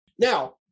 Now